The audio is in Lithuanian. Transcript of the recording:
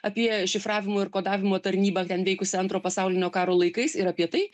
apie šifravimo ir kodavimo tarnybą ten veikusią antro pasaulinio karo laikais ir apie tai